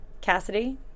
Cassidy